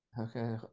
okay